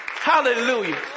Hallelujah